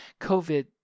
covid